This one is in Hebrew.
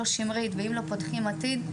הייתה לי את שמרית ואם לא "פותחים עתיד",